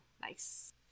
Nice